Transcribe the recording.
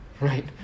right